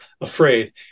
afraid